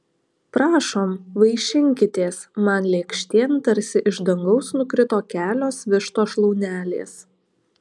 prašom vaišinkitės man lėkštėn tarsi iš dangaus nukrito kelios vištos šlaunelės